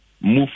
move